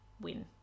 win